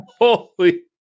Holy